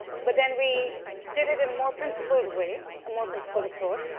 but then we did it in more principled way, more principled approach,